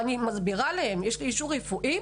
אני מסבירה להם שיש לי אישור רפואי,